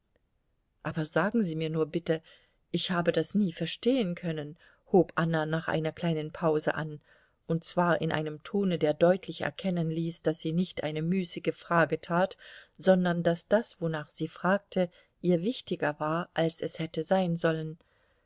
aber sagen sie mir nur bitte ich habe das nie verstehen können hob anna nach einer kleinen pause an und zwar in einem tone der deutlich erkennen ließ daß sie nicht eine müßige frage tat sondern daß das wonach sie fragte ihr wichtiger war als es hätte sein sollen